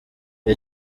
iyo